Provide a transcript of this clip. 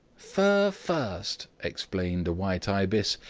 fur first! exclaimed a white ibis.